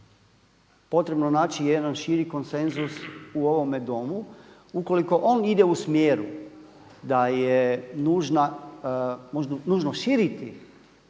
potrebno naći jedan širi konsenzus u ovome Domu, ukoliko on ide u smjeru da je nužno širiti